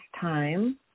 time